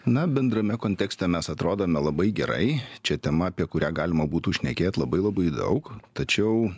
na bendrame kontekste mes atrodome labai gerai čia tema apie kurią galima būtų šnekėt labai labai daug tačiau